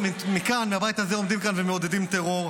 מכאן, מהבית הזה עומדים כאן ומעודדים טרור,